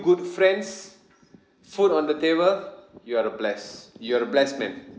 good friends food on the table you are a bless you are a blessed man